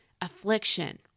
affliction